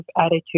attitude